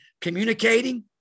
communicating